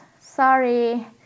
sorry